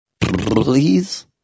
Please